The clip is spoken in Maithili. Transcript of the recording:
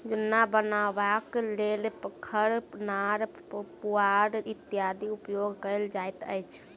जुन्ना बनयबाक लेल खढ़, नार, पुआर इत्यादिक उपयोग कयल जाइत अछि